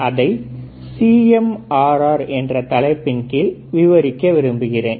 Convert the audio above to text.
அதை CMRR என்ற தலைப்பின் கீழ் விவரிக்க விரும்புகிறேன்